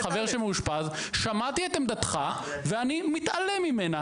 שמעתי את עמדתך ואני מתעלם ממנה,